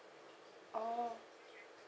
oh